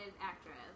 actress